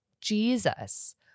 Jesus